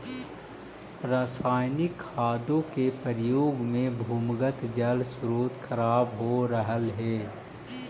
रसायनिक खादों के प्रयोग से भूमिगत जल स्रोत खराब हो रहलइ हे